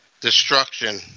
Destruction